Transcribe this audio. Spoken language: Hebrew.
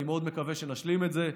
אני מאוד מקווה שנשלים את זה.